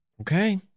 Okay